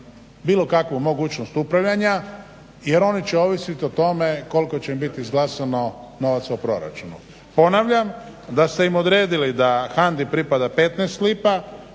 bilo kakvu mogućnost upravljanja jer oni će ovisit o tome koliko će biti izglasano novaca u proračunu. Ponavljam, da ste im odredili da HANDA-i pripada 15 lipa,